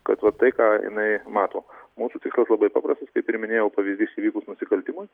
kad va tai ką jinai mato mūsų tikslas labai paprastas kaip ir minėjau pavyzdys įvykus nusikaltimui